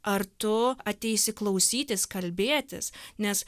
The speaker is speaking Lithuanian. ar tu ateisi klausytis kalbėtis nes